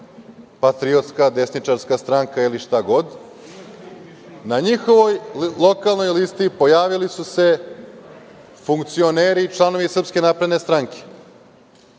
patriotska desničarska stranka ili šta god, na njihovoj lokalnoj listi pojavili su se funkcioneri i članovi SNS.Dakle, malo